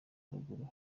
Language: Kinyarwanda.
haruguru